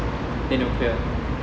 then they will clear